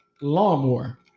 lawnmower